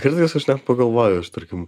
kartais aš net pagalvoju aš tarkim